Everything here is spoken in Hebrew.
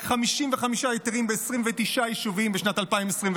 רק 55 היתרים ב-29 יישובים בשנת 2023,